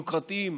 היוקרתיים